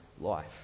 life